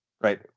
right